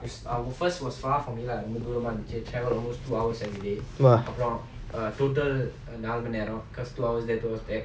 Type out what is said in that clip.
!wah!